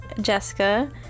Jessica